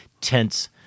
tense